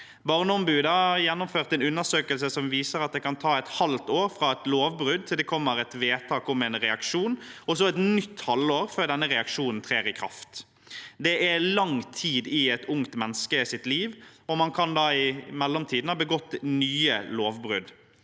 Barneombudet har gjennomført en undersøkelse som viser at det kan ta et halvt år fra et lovbrudd er begått, til det kommer et vedtak om en reaksjon, og så et nytt halvår før denne reaksjonen trer i kraft. Det er lang tid i et ungt menneskes liv, og man kan da i mellomtiden ha begått nye lovbrudd.